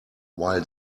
while